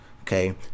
Okay